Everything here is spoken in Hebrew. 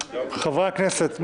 חברי הכנסת,